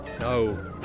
No